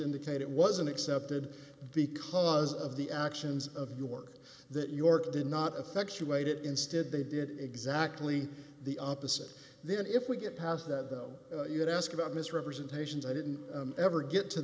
indicate it wasn't accepted the cause of the actions of the work that york did not affects you ate it instead they did exactly the opposite then if we get past that though you could ask about misrepresentations i didn't ever get to